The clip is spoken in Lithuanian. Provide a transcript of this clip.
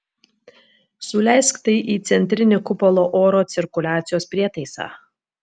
suleisk tai į centrinį kupolo oro cirkuliacijos prietaisą